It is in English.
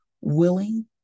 willing